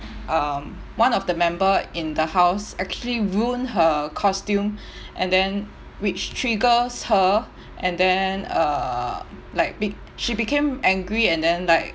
um one of the member in the house actually ruined her costume and then which triggers her and then uh like be she became angry and then like